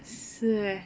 是 eh